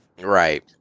Right